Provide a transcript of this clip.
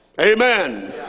Amen